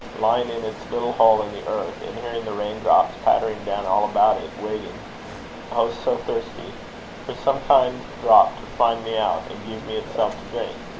lying in its little hole in the earth, and hearing the rain-drops pattering down all about it, waiting oh, so thirsty for some kind drop to find me out, and give me itself to drink.